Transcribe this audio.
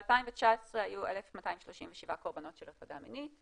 ב-2019 היו 1,237 קורבנות של הטרדה מינית,